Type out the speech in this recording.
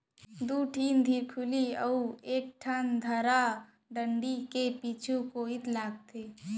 दू ठिन धुरखिली अउ एक ठन थरा डांड़ी के पीछू कोइत लागथे